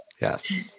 Yes